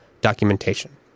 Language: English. documentation